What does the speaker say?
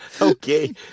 Okay